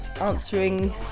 answering